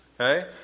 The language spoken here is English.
Okay